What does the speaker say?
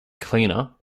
cleaner